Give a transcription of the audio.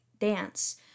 dance